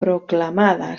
proclamada